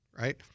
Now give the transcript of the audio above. right